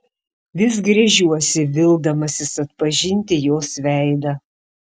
vis gręžiuosi vildamasis atpažinti jos veidą